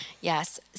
Yes